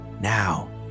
Now